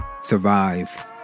survive